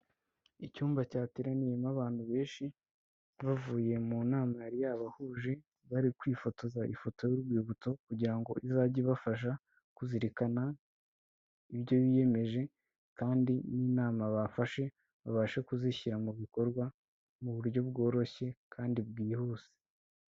Icyumba cyateraniyemo abantu benshi, bavuye mu nama yari yabahuje bari kwifotoza ifoto y'urwibutso kugira ngo izajye ibafasha kuzirikana ibyo biyemeje kandi n'inama bafashe babashe kuzishyira mu bikorwa mu buryo bworoshye kandi bwihuse.